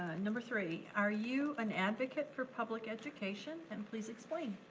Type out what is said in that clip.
number three. are you an advocate for public education, and please explain.